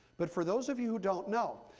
but for those of you who don't know,